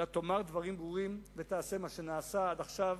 אלא תאמר דברים ברורים ותעשה מה שנעשה עד עכשיו